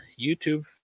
YouTube